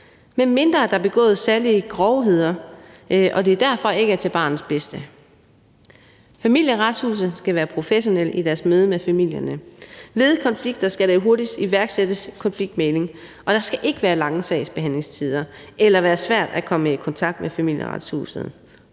medmindre der er begået særlig grovheder, og at det derfor ikke er til barnets bedste. Familieretshuset skal være professionelt i sit møde med familierne. Ved konflikter skal der hurtigt iværksættes konfliktmægling, og der skal ikke være lange sagsbehandlingstider, og det skal ikke være svært at komme i kontakt med Familieretshuset,